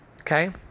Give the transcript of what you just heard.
okay